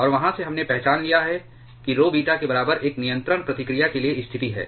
और वहां से हमने पहचान लिया है कि RHO बीटा के बराबर एक नियंत्रण प्रतिक्रिया के लिए स्थिति है